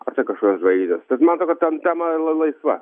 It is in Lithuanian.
ar tai kažkokios žvaigždės bet man atrodo kad ten tema laisva